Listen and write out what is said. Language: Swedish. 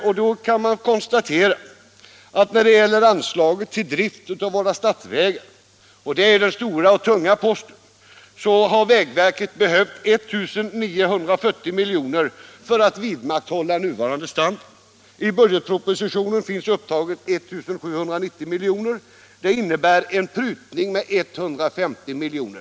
Därvid kan jag konstatera att när det gäller anslaget till drift av våra statsvägar — som är den stora och tunga posten — har vägverket behövt 1 940 milj.kr. för att vidmakthålla nuvarande vägstandard. I budgetpropositionen finns ett belopp på 1 790 milj.kr. upptaget. Det innebär en prutning med 150 miljoner.